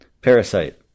Parasite